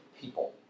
people